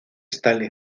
stanley